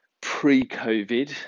pre-COVID